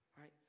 right